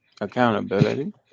Accountability